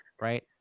right